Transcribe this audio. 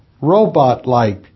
robot-like